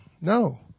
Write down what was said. No